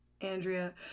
Andrea